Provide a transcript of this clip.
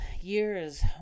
years